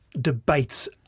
debates